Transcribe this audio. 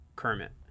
Kermit